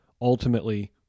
ultimately